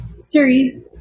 Siri